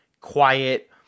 quiet